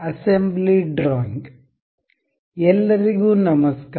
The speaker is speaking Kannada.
ಅಸೆಂಬ್ಲಿ ಡ್ರಾಯಿಂಗ್ ಎಲ್ಲರಿಗೂ ನಮಸ್ಕಾರ